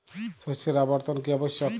শস্যের আবর্তন কী আবশ্যক?